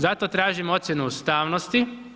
Zato tražim ocjenu ustavnosti.